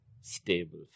stable